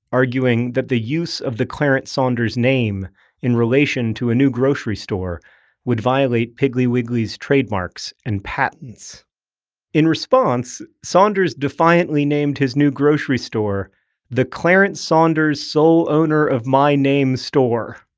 arguing that the use of the clarence saunders name in relation to a new grocery store would violate piggly wiggly's trademarks and patents in response, saunders defiantly named his new grocery store the clarence saunders sole owner of my name store,